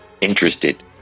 interested